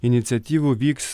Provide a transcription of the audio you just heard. iniciatyvų vyks